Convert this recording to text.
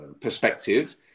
perspective